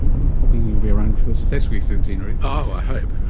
i'm hoping you'll be around for the sesquicentenary. oh, i hope!